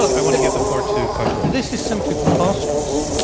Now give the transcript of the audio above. i want to give the floor to clive crook. this is simply preposterous,